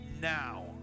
now